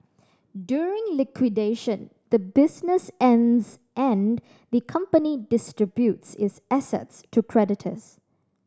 during liquidation the business ends and the company distributes its assets to creditors